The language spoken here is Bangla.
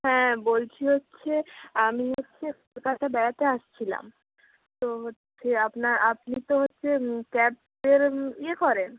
হ্যাঁ বলছি হচ্ছে আমি হচ্ছে কলকাতা বেড়াতে আসছিলাম তো হচ্ছে আপনার আপনি তো হচ্ছে ক্যাবের ইয়ে করেন